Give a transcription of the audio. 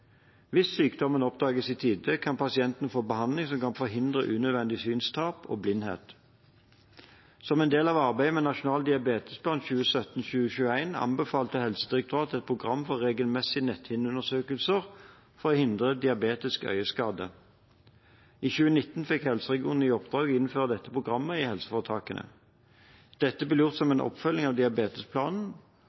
Hvis sykdommen oppdages i tide, kan pasientene få behandling som kan forhindre unødvendig synstap og blindhet. Som en del av arbeidet med Nasjonal diabetesplan 2017–2021 anbefalte Helsedirektoratet et program for regelmessige netthinneundersøkelser for å hindre diabetisk øyeskade. I 2019 fikk helseregionene i oppdrag å innføre dette programmet i helseforetakene. Dette ble gjort som en oppfølging av diabetesplanen,